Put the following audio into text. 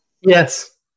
Yes